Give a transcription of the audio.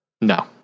No